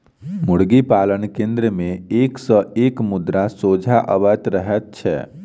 मुर्गी पालन केन्द्र मे एक सॅ एक मुद्दा सोझा अबैत रहैत छै